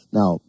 now